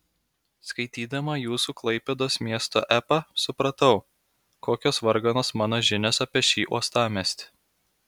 skaitydama jūsų klaipėdos miesto epą supratau kokios varganos mano žinios apie šį uostamiestį